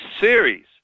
series